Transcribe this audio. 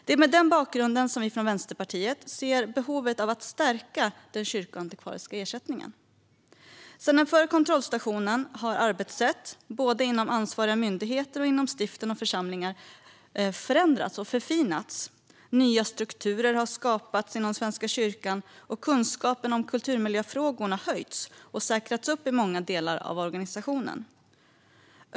Det är mot den bakgrunden som vi från Vänsterpartiet ser behovet av att stärka den kyrkoantikvariska ersättningen. Sedan den förra kontrollstationen har arbetssätt både inom ansvariga myndigheter och inom stiften och församlingarna förändrats och förfinats. Nya strukturer har skapats inom Svenska kyrkan, och kunskapen om kulturmiljöfrågorna har höjts och säkrats upp i många delar av organisationen.